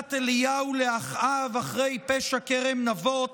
תוכחת אליהו לאחאב אחרי פשע כרם נבות